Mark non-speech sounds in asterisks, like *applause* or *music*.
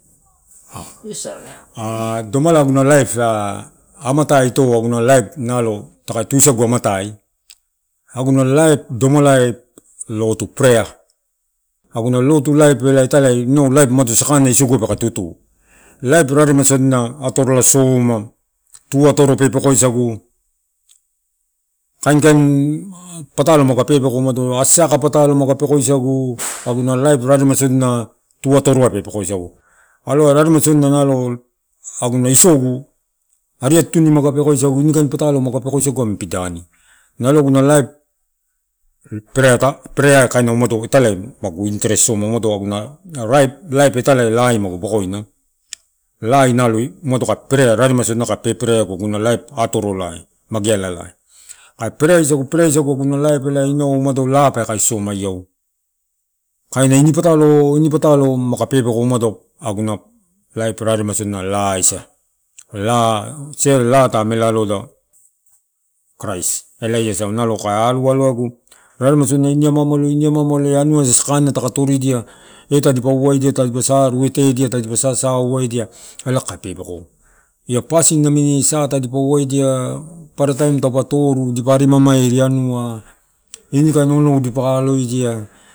*hesitation* a domalai aguna laif amata ito nalo taka tuisaigu amatai aguna laif nato lotu prayer. Aguna lotu laif elai italia inau laif sakanina isogu paekatutu. Laif raremai sodiua atorola soma tuotoro pepeko isagu, kainkain patalo maguka pepeko, umado asaka patalo ka pekoisagu, aguna laip rarema sodiua tuatoroai pepekoisogu. Aloai rarema sodiua na aguna isogu, ariattuni maguka pekoisogu innikain patolo maguuka pekoisigu amini pidaniai. Nago aguna laip prayyer ta prayer kaina umado italia aguu interestsoma, umado aguna raip, laip italia laai magu bokoina, laai nalo umado kai prayer rarema sodina kae, pe prayer eguua laip atorolaia, mageala lai. Kae prayer somaiau. Kaina inni patalo ini patalo maguka pepeko umado aguna laip rarema sodina laai asa. Nalo kae arua egu rraremai sodiua ini amaamalo, iniamaamalo iya anua iya sakana taka toridia, eetadipa va edia tadipa saa arua etee adia, tadipa sasaua edia elai kaeka pepeko. Ia pasin nammini sah tadipa ua edia, papara taim taupa toruu dipa ari mamaere anua, ini kain onouu dipa aloedia.